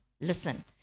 listen